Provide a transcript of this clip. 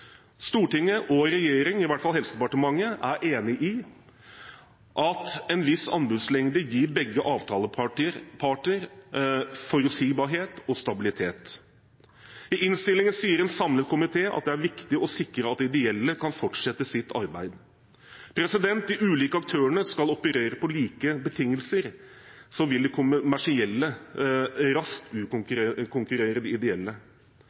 Stortinget og regjeringen – i hvert fall Helsedepartementet – er enige om at en viss anbudslengde gir begge avtaleparter forutsigbarhet og stabilitet. I innstillingen sier en samlet komité at det er viktig å sikre at ideelle kan fortsette sitt arbeid. Dersom de ulike aktørene skal operere på like betingelser, vil de kommersielle raskt utkonkurrere de ideelle.